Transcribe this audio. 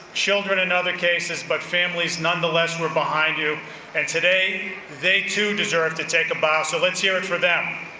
children in other cases, but families nonetheless were behind you and today they too deserve to take a bow, so let's hear it for them.